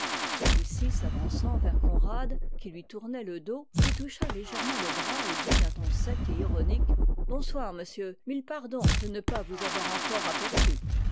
celui-ci s'avançant vers conrad qui lui tournait le dos lui toucha légèrement le bras et dit d'un ton sec et ironique bonsoir monsieur mille pardons de ne pas vous avoir encore aperçu